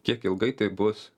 kiek ilgai tai bus